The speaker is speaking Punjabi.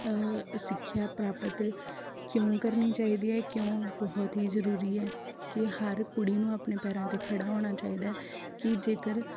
ਸਿੱਖਿਆ ਪ੍ਰਾਪਤ ਕਿਉਂ ਕਰਨੀ ਚਾਹੀਦੀ ਹੈ ਕਿਉਂ ਬਹੁਤ ਹੀ ਜ਼ਰੂਰੀ ਹੈ ਕਿ ਹਰ ਕੁੜੀ ਨੂੰ ਆਪਣੇ ਪੈਰਾਂ 'ਤੇ ਖੜਾ ਹੋਣਾ ਚਾਹੀਦਾ ਹੈ ਕਿ ਜੇਕਰ